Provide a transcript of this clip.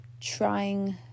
trying